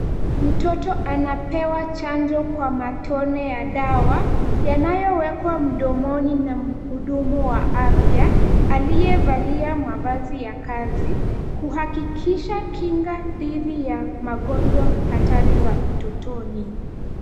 Mtoto anapewa chanjo kwa matone ya dawa yanayowekwa mdomoni na mhudumu wa afya aliyevalia mavazi ya kazi kuhakikisha kinga dhidi ya magonjwa hatari za utotoni.